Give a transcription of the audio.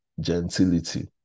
gentility